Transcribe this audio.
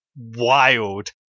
wild